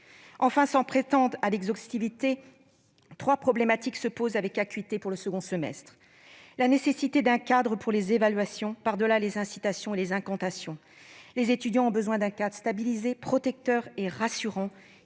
Sans prétendre à l'exhaustivité, trois problématiques se posent avec acuité pour le second semestre. Tout d'abord, il est nécessaire de disposer d'un cadre pour les évaluations, par-delà les incitations et les incantations. Les étudiants ont en effet besoin d'un cadre stabilisé, protecteur et rassurant,